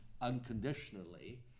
unconditionally